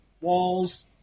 walls